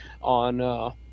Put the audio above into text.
on